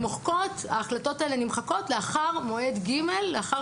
וההקלטות האלה נמחקות לאחר מועד ג' לאחר